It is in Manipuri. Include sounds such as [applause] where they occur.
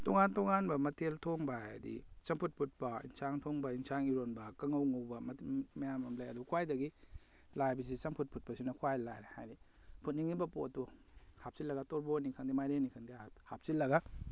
ꯇꯣꯉꯥꯟ ꯇꯣꯉꯥꯟꯕ ꯃꯊꯦꯜ ꯊꯣꯡꯕ ꯍꯥꯏꯕꯗꯤ ꯆꯝꯐꯨꯠ ꯐꯨꯠꯄ ꯏꯟꯁꯥꯡ ꯊꯣꯡꯕ ꯏꯟꯁꯥꯡ ꯏꯔꯣꯟꯕ ꯀꯥꯡꯉꯧ ꯉꯧꯕ [unintelligible] ꯃꯌꯥꯝ ꯑꯃ ꯂꯩ ꯑꯗꯣ ꯈ꯭ꯋꯥꯏꯗꯒꯤ ꯂꯥꯏꯕꯁꯤ ꯆꯝꯐꯨꯠ ꯐꯨꯠꯄꯁꯤꯅ ꯈ꯭ꯋꯥꯏ ꯂꯥꯏꯔꯦ ꯍꯥꯏꯕꯗꯤ ꯐꯨꯠꯅꯤꯡꯏꯕ ꯄꯣꯠꯇꯨ ꯍꯥꯞꯆꯤꯜꯂꯒ ꯇꯣꯔꯕꯣꯠꯅꯤ ꯈꯪꯗꯦ ꯃꯥꯏꯔꯦꯟꯅꯤ ꯈꯪꯗꯦ ꯍꯥꯞꯆꯤꯜꯂꯒ